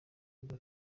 bwa